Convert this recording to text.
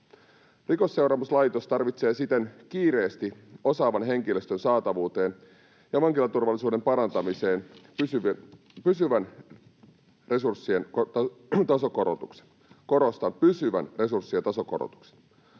Rikosseuraamuslaitos tarvitsee siten kiireesti osaavan henkilöstön saatavuuteen ja vankilaturvallisuuden parantamiseen pysyvän resurssien tasokorotuksen — korostan, pysyvän resurssien tasokorotuksen.